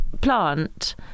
plant